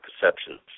perceptions